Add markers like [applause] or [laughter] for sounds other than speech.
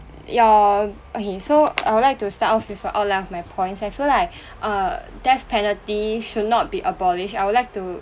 yeah okay so I would like to start off with uh all of my points I feel like [breath] uh death penalty should not be abolished I would like to